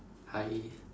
hi